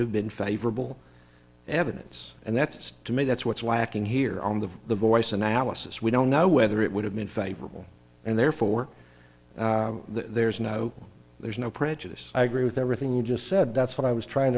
have been favorable evidence and that's to me that's what's lacking here on the the voice analysis we don't know whether it would have been favorable and therefore there's no there's no prejudice i agree with everything you just said that's what i was trying to